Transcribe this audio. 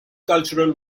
cultural